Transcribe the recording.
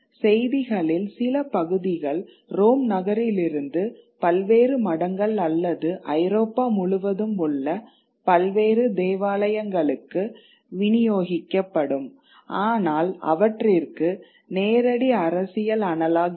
செய்திகளில் சில பகுதிகள் ரோம் நகரிலிருந்து பல்வேறு மடங்கள் அல்லது ஐரோப்பா முழுவதும் உள்ள பல்வேறு தேவாலயங்களுக்கு விநியோகிக்கப்படும் ஆனால் அவற்றிற்கு நேரடி அரசியல் அனலாக் இல்லை